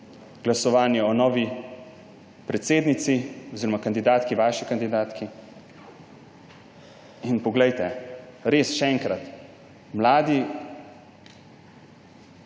glasovanje o novi predsednici oziroma kandidatki, vaši kandidatki. In poglejte, res, še enkrat: mladi